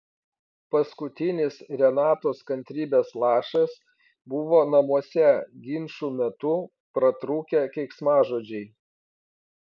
paskutinis renatos kantrybės lašas buvo namuose ginčų metu pratrūkę keiksmažodžiai